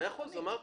אמרתי.